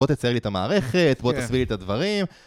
בוא תצייר לי את המערכת, בוא תסביר לי את הדברים